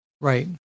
Right